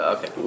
Okay